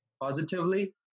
positively